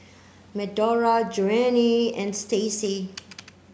Medora Joanie and Stacie